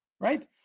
right